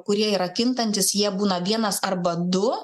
kurie yra kintantis jie būna vienas arba du